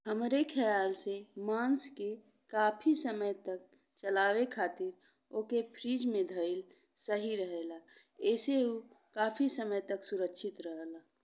हमरे खयाल से मांस के काफी समय तक चलावे खातिर ओहके फ्रिज में डाली सही रहेला। एहसे ऊ काफी समय तक सुरक्षित रहेला।